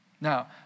Now